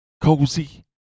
cozy